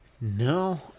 No